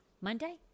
Monday